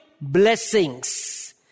blessings